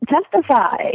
testify